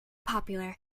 popular